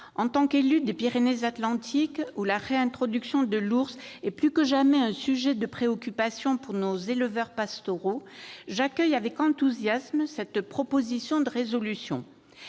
en tant qu'élue des Pyrénées-Atlantiques où la réintroduction de l'ours est plus que jamais un sujet de préoccupation pour nos éleveurs pastoraux, j'accueille avec enthousiasme cette proposition de résolution.